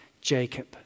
Jacob